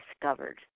discovered